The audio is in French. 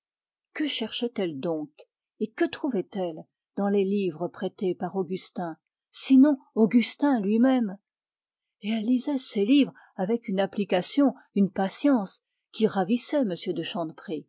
que cherchait elle donc et que trouvait-elle dans les livres prêtés par augustin sinon augustin lui-même et elle lisait ces livres avec une application une patience qui ravissaient